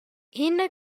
ina